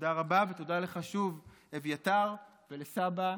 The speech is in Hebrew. תודה רבה, ותודה לך שוב, אביתר, ולסבא,